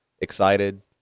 excited